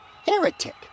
Heretic